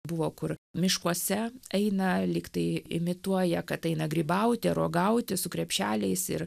buvo kur miškuose eina lyg tai imituoja kad eina grybauti ar uogauti su krepšeliais ir